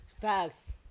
Facts